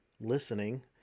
listening